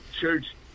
church